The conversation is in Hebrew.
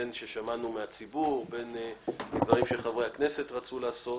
בין אם כאלה ששמענו מהציבור ובין אם דברים שחברי הכנסת רצו לעסוק